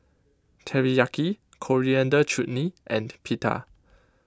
Teriyaki Coriander Chutney and Pita